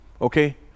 okay